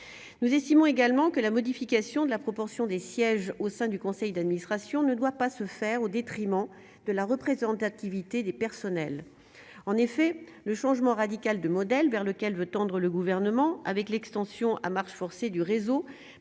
nous estimons également que la modification de la propension des sièges au sein du conseil d'administration ne doit pas se faire au détriment de la représentativité des personnels en effet le changement radical de modèle vers lequel veut tendre le gouvernement avec l'extension à marche forcée du réseau,